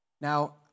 Now